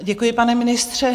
Děkuji, pane ministře.